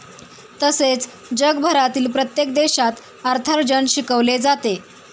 तसेच जगभरातील प्रत्येक देशात अर्थार्जन शिकवले जाते